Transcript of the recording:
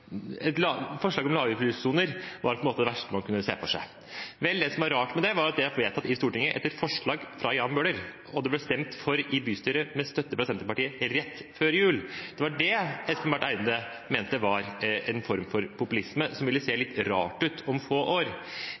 er at det er vedtatt i Stortinget etter forslag fra Jan Bøhler, og det ble stemt for i bystyret med støtte fra Senterpartiet rett før jul. Det var det Espen Barth Eide mente var en form for populisme som ville se litt rar ut om få år.